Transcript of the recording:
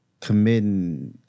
committing